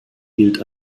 gilt